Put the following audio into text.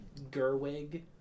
Gerwig